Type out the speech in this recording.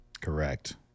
Correct